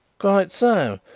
quite so.